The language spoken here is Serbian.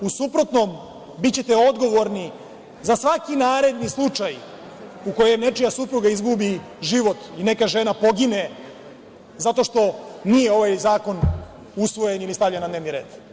U suprotnom, bićete odgovorni za svaki naredni slučaj u kojem nečija supruga izgubi život i neka žena pogine zato što nije ovaj zakon usvojen, ili stavljen na dnevni red.